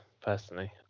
personally